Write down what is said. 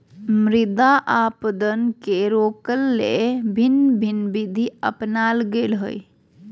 मृदा अपरदन के रोकय ले भिन्न भिन्न विधि अपनाल गेल हइ